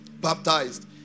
Baptized